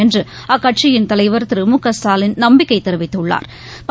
என்றுஅக்கட்சியின் தலைவா் திரு மு க ஸ்டாலின் நம்பிக்கைதெரிவித்துள்ளாா்